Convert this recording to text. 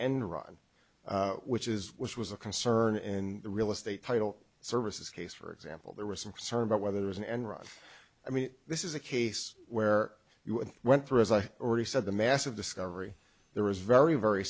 enron which is which was a concern in the real estate title services case for example there was some concern about whether it was an enron i mean this is a case where you went through as i already said the massive discovery there was very very